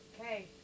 Okay